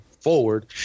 forward